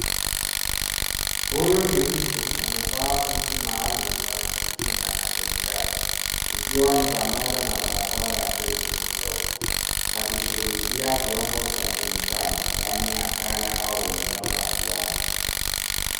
Huyu ni mtu amevaa suti maalum ya kujikinga na kemikali ikiwa ni pamoja na barakoa ya gesi na glovu akishughulia vyombo vya kemikali ndani ya ghala au eneo la viwanda.